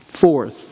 Fourth